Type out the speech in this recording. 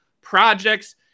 projects